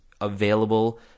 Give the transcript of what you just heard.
available